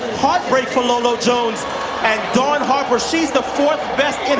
heartbreak for lolo jones and dawn harper, she's the fourth best and